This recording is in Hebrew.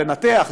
לנתח,